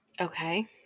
Okay